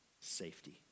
safety